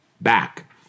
back